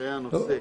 אחרי הנושא.